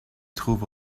trouve